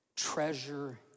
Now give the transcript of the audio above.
treasure